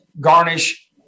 garnish